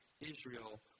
Israel